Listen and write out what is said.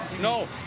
No